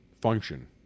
function